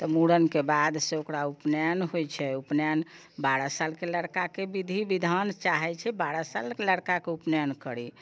तऽ मूड़नके बाद से ओकरा उपनयन होइत छै उपनयन बारह सालके लड़काके विधि विधान चाहैत छै बारह सालके लड़काके उपनयन करी